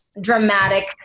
dramatic